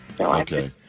Okay